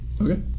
Okay